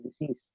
disease